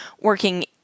working